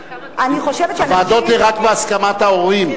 הוועדות זה רק בהסכמת הורים.